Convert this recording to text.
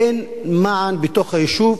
אין מען בתוך היישוב,